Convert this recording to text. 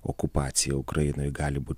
okupacija ukrainoj gali būti